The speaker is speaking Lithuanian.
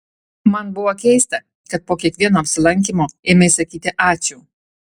man buvo keista kad po kiekvieno apsilankymo ėmei sakyti ačiū